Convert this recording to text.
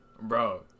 Bro